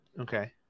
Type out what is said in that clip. okay